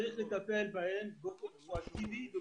צריך לטפל בהם באופן אישי ואקטיבי.